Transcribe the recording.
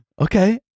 okay